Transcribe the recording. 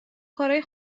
کارای